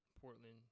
Portland